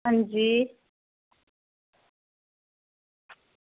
अंजी